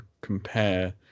compare